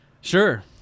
Sure